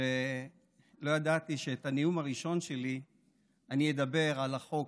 שלא ידעתי שבנאום הראשון שלי אני אדבר על החוק